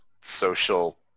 social